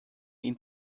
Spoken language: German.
ihn